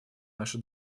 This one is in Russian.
наши